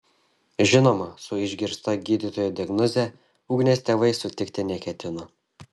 žinoma su išgirsta gydytojų diagnoze ugnės tėvai sutikti neketino